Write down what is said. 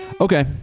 okay